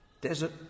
desert